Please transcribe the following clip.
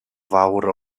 fawr